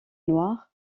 noir